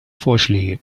vorschläge